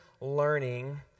learning